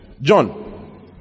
john